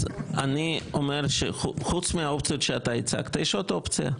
אז אני אומר שחוץ מהאופציות שאתה הצגת יש עוד אופציה.